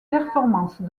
performances